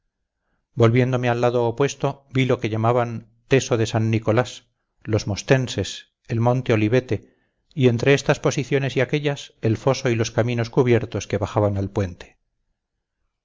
volviéndome al lado opuesto vi lo que llamaban teso de san nicolás los mostenses el monte olivete y entre estas posiciones y aquellas el foso y los caminos cubiertos que bajaban al puente